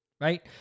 Right